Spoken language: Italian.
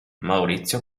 maurizio